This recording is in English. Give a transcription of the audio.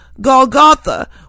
Golgotha